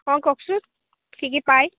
অঁ কওকচোন কি কি পায়